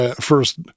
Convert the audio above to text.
first